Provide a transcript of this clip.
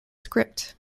script